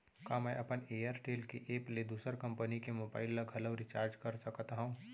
का मैं अपन एयरटेल के एप ले दूसर कंपनी के मोबाइल ला घलव रिचार्ज कर सकत हव?